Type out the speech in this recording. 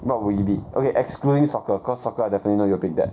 what would you be okay excluding soccer cause soccer I definitely know you would pick that